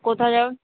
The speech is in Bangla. কোথায় যাবেন